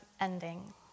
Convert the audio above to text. ending